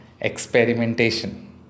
experimentation